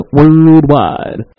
worldwide